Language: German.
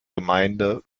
gemeinde